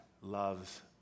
loves